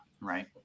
right